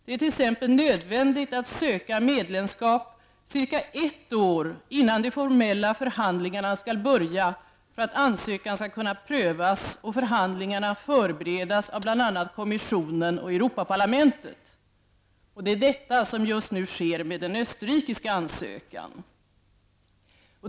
Det är t.ex. nödvändigt att söka medlemskap cirka ett år innan de formella förhandlingarna skall börja för att ansökan skall kunna prövas och förhandlingarna förberedas av bl.a. kommissionen och Europaparlamentet. Det är detta som just nu sker med den österrikiska ansökan.